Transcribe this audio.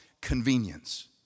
convenience